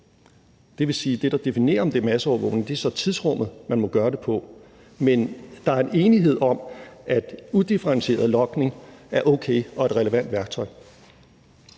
Det vil sige, at det, der definerer, om det er masseovervågning, så er tidsrummet, man må gøre det i. Men der er en enighed om, at udifferentieret logning er okay og et relevant værktøj.